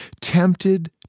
tempted